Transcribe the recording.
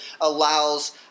allows